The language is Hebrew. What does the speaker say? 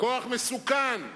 כוח מסוכן,